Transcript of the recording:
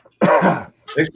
Thanks